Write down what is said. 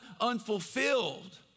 unfulfilled